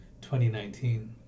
2019